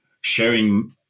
sharing